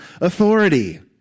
authority